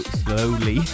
slowly